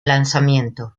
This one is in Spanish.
lanzamiento